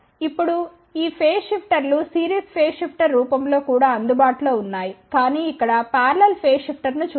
ఇప్పుడు ఈ ఫేస్ షిఫ్టర్లు సిరీస్ ఫేస్ షిఫ్టర్ రూపం లో కూడా అందుబాటులో ఉన్నాయి కానీ ఇక్కడ పారలెల్ ఫేస్ షిఫ్టర్ను చూద్దాం